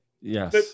yes